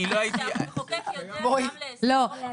לא,